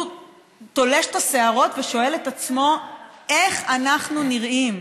תולש את השערות ושואל את עצמו: איך אנחנו נראים?